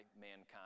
mankind